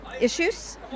issues